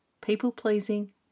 people-pleasing